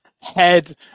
head